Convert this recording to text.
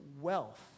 wealth